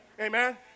Amen